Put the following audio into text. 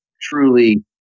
truly